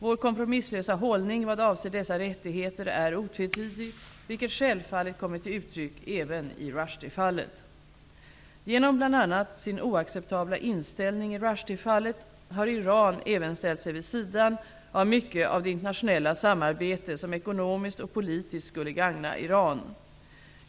Vår kompromisslösa hållning vad avser dessa rättigheter är otvetydig, vilket självfallet kommit till uttryck även i Rushdiefallet. Genom bl.a. sin oacceptabla inställning i Rushdiefallet har Iran även ställt sig vid sidan av mycket av det internationella samarbete som ekonomiskt och politiskt skulle gagna Iran.